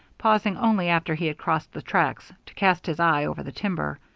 pausing only after he had crossed the tracks, to cast his eye over the timber.